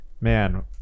man